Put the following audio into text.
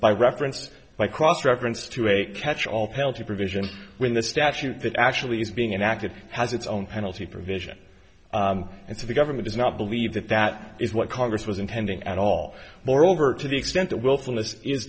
by reference by cross reference to a catch all penalty provision when the statute that actually is being enacted has its own penalty provision and so the government does not believe that that is what congress was intending at all moreover to the extent that wil